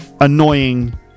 annoying